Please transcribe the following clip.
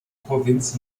provinz